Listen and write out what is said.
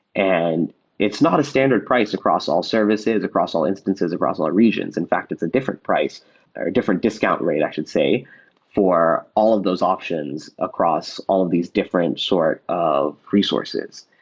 and it's not a standard price across all services, across all instances, across all all regions. in fact, it's a different price or a different discount rate i should say for all of those options across all of these different sort of resources.